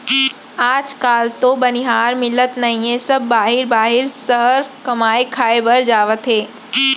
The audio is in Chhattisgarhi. आज काल तो बनिहार मिलते नइए सब बाहिर बाहिर सहर कमाए खाए बर जावत हें